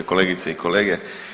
Kolegice i kolege.